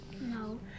No